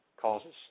causes